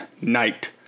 night